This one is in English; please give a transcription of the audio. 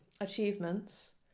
achievements